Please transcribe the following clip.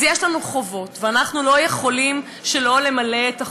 אז יש לנו חובות ואנחנו לא יכולים שלא למלא את החובות.